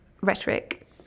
rhetoric